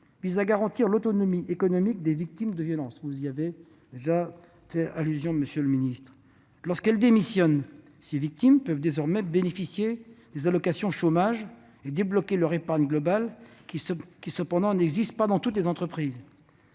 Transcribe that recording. vise à garantir l'autonomie économique des victimes de violences- vous y avez déjà fait référence, monsieur le secrétaire d'État. « Lorsqu'elles démissionnent, ces victimes peuvent désormais bénéficier des allocations chômage et débloquer leur épargne salariale, laquelle n'existe cependant pas dans toutes les entreprises.